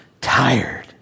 Tired